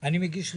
אני מגיש רביזיה.